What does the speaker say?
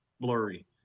blurry